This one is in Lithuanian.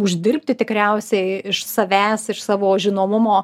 uždirbti tikriausiai iš savęs iš savo žinomumo